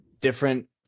different